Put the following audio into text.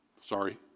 sorry